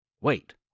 Wait